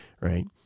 Right